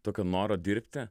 tokio noro dirbti